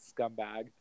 scumbag